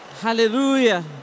Hallelujah